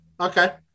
Okay